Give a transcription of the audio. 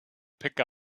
pick